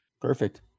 Perfect